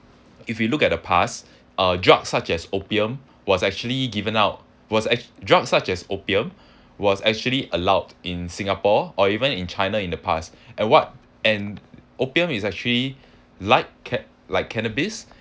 if you look at the past uh drugs such as opium was actually given out was drugs such as opium was actually allowed in singapore or even in china in the past and what and opium is actually like cat like cannabis